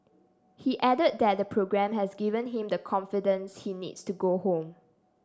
he added that the programme has given him the confidence he needs to go home